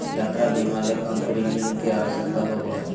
यात्रा बीमा ले कम प्रीमियम के आवश्यकता होबो हइ